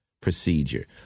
procedure